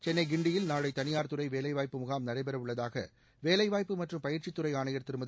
சென்னை கிண்டியில் நாளை தனியார் துறை வேலைவாய்ப்பு முகாம் நடைபெறவுள்ளதாக வேலைவாய்ப்பு மற்றும் பயிற்சித்துறை ஆணையர் திருமதி